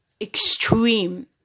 extreme